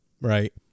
right